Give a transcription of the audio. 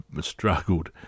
struggled